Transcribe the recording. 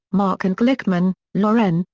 mark and glickman, loren,